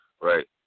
Right